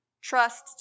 trust